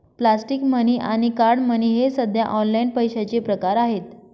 plastic money आणि card money हे सध्या ऑनलाइन पैशाचे प्रकार आहेत